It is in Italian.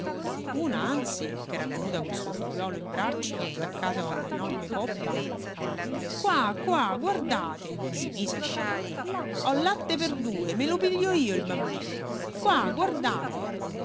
una anzi ch'era venuta col suo figliuolo in braccio attaccato a una enorme poppa qua qua guardate si mise a gridare ho latte per due me lo piglio io il bambino qua guardate